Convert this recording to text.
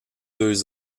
deux